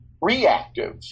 reactive